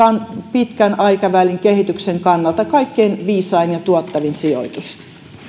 pitkän aikavälin kehityksen kannalta kaikkein viisain ja tuottavin sijoitus